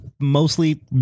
Mostly